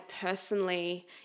personally